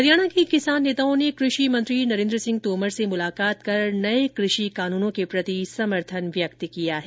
हरियाणा के किसान नेताओं ने कृषि मंत्री नरेन्द्र सिंह तोमर से मुलाकात कर नये कृषि कानूनों के प्रति समर्थन व्यक्त किया है